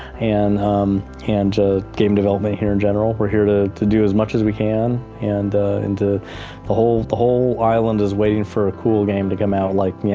and and game development here in general, we're here to to do as much as we can, and the whole the whole island is waiting for a cool game to come out. like, yeah